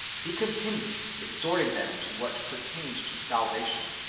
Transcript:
he continues, exhorting them to what pertained to salvation